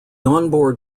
onboard